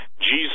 Jesus